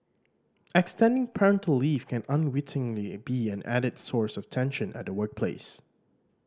extending parental leave can unwittingly be an added source of tension at the workplace